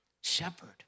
shepherd